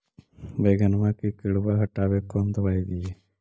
बैगनमा के किड़बा के हटाबे कौन दवाई दीए?